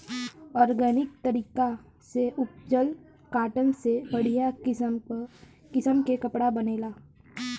organic तरीका से उपजल कॉटन से बढ़िया किसम के कपड़ा बनेला